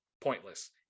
pointless